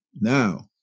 now